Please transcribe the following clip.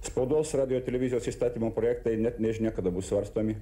spaudos radijo televizijos įstatymo projektai net nežinia kada bus svarstomi